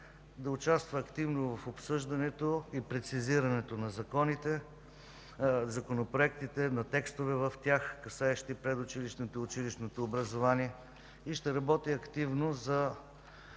да участва активно в обсъждането и прецизирането на законопроектите, на текстове в тях, касаещи предучилищното и училищното образование, и ще работи активно за